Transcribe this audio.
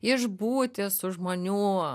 išbūti su žmonių